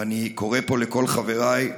ואני קורא פה לכל חבריי,